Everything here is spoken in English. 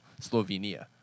Slovenia